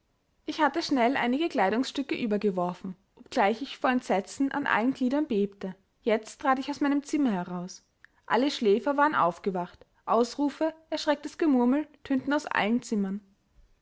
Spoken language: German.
ich hatte schnell einige kleidungsstücke übergeworfen obgleich ich vor entsetzen an allen gliedern bebte jetzt trat ich aus meinem zimmer heraus alle schläfer waren aufgewacht ausrufe erschrecktes gemurmel tönten aus allen zimmern